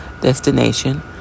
Destination